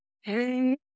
hey